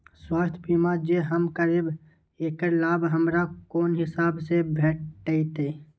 स्वास्थ्य बीमा जे हम करेब ऐकर लाभ हमरा कोन हिसाब से भेटतै?